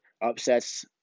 upsets